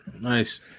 nice